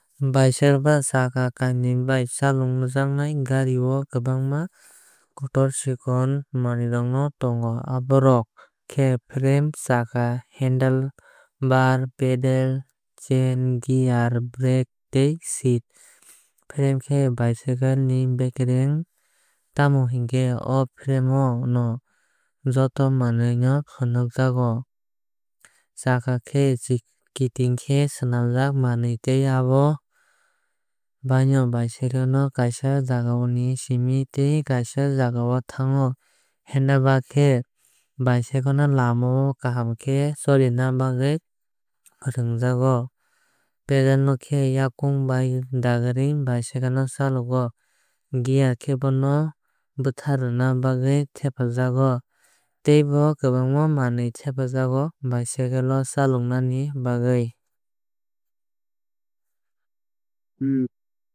Bicycle ba chakka kainui bai chalokjaknai gari o kwbangma kotor chikon manwirok tongo abo rok khe frame chakka handlebar pedal chain gear brake tei seat. Frame khe bicycle ni bekereng tamo hinkhe o frame o no joto manwi no fwnang jago. Chakka khe kiting khe swlamjag manwui tei abo bai no bicycle no kaaisa jaga ni siming tei kaaisa o thango. Handlebar khe bicycle no lama o kaham khe choline bagwui fwnang jago. Pedal no khe yakung bai dagarui bicycle no chalogo. Gear khe bono bwtharuna bagwi thepajago. Tei tebo kwbang manwui thepajago bicycle no chalukna bagwi.